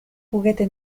juguete